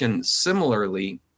similarly